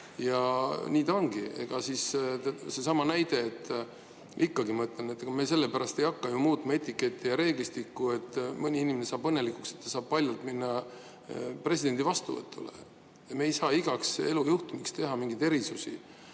Ja nii ta ongi. Seesama näide, et ikkagi ma ütlen, et sellepärast me ei hakka muutma etiketti ja reeglistikku, et mõni inimene saab õnnelikuks, kui ta saab paljalt minna presidendi vastuvõtule. Me ei saa igaks elujuhtumiks teha mingeid erisusi. Samas,